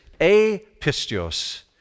apistios